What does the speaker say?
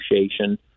Association